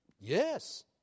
Yes